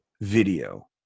Video